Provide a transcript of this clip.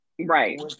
right